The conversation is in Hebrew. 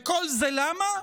וכל זה למה?